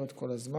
משתפרת כל הזמן.